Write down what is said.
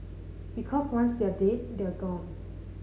because once they're dead they're gone